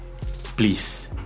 Please